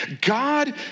God